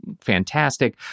fantastic